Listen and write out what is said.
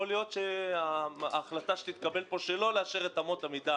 יכול להיות שההחלטה שתתקבל פה שלא לאשר את אמות המידה